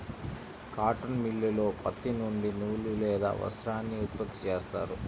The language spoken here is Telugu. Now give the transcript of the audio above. కాటన్ మిల్లులో పత్తి నుండి నూలు లేదా వస్త్రాన్ని ఉత్పత్తి చేస్తారు